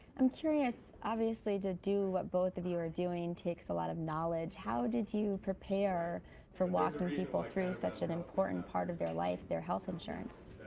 i'm curious, obviously, to do what both of you are doing takes a lot of knowledge. how did you prepare for walking people through such an important part of their life, their health insurance?